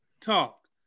talk